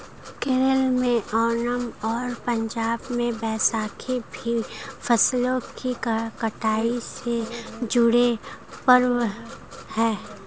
केरल में ओनम और पंजाब में बैसाखी भी फसलों की कटाई से जुड़े पर्व हैं